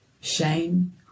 shame